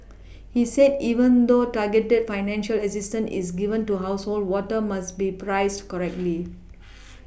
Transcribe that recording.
he said even though targeted financial assistance is given to household water must be priced correctly